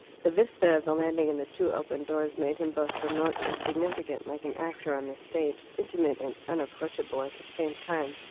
the vista of the landing and the two open doors made him both remote and significant, like an actor on the stage, intimate and unapproachable at the same time.